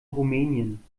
rumänien